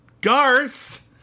Garth